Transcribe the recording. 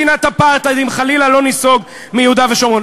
מדינת אפרטהייד אם חלילה לא ניסוג מיהודה ושומרון.